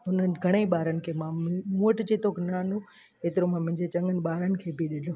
उन्हनि घणेई ॿारनि खे मां मूं वटि जेतिरो ज्ञान हुओ एतिरो मां मुंहिंजे चङनि ॿारनि खे बि ॾिनो